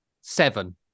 seven